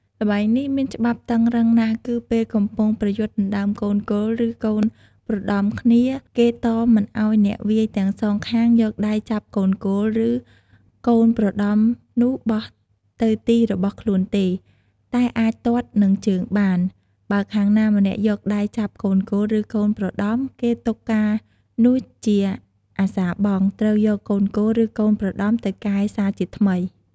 ល្បែងនេះមានច្បាប់តឹងរឹងណាស់ គឺពេលកំពុងប្រយុទ្ធដណ្តើមកូនគោល ឬកូនប្រដំគ្នា គេតមមិនឲ្យអ្នកវាយទាំងសងខាសងយកដៃចាប់កូនគោលឬកូនប្រដំនោះបោះទៅទីរបស់ខ្លួនទេ តែអាចទាត់នឹងជើងបាន បើខាងណាម្នាក់យកដៃចាប់កូនគោល ឬកូនប្រដំ គេទុកការនោះជាអសារបង់ ត្រូវយកកូនគោល ឬកូនប្រដំទៅកែសាជាថ្មី។